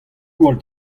gwall